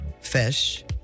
fish